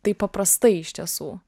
taip paprastai iš tiesų